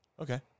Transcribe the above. Okay